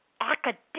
academic